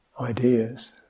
ideas